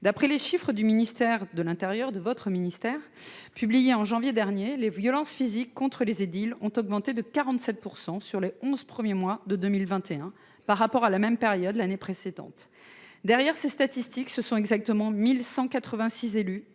d'après les chiffres publiés par votre ministère en janvier dernier, les violences physiques contre les édiles ont augmenté de 47 % sur les onze premiers mois de 2021, par rapport à la même période de l'année précédente. Derrière ces statistiques, ce sont exactement 1 186 élus